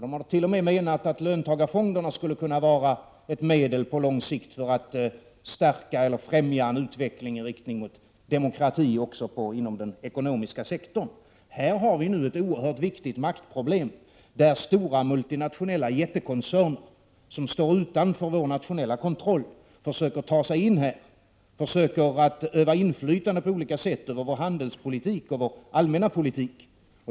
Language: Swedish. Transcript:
De har t.o.m. menat att löntagarfonderna på lång sikt skulle kunna vara ett medel för att främja en utveckling mot demokrati också inom den ekonomiska sektorn. Här har vi ett oerhört viktigt maktproblem där stora multinationella jättekoncerner, som står utanför vår nationella kontroll, försöker ta sig in och utöva inflytande på olika sätt över vår handelspolitik och vår allmänna politik.